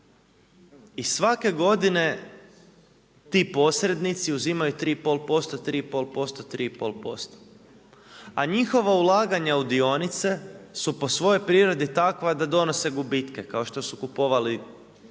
i svake godine ti posrednici uzimaju 3,5%, 3,5%, 3,5%. A njihova ulaganja u dionice su po svojoj prirodi takva da donose gubitke, kao što su kupovali